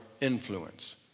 influence